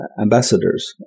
ambassadors